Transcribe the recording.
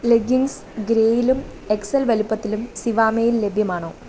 leggings ഗ്രേയിലും XL വലുപ്പത്തിലും സിവാമേയിൽ ലഭ്യമാണൊ